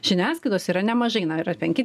žiniasklaidos yra nemažai na yra penki